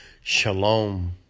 Shalom